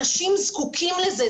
אנשים זקוקים לזה,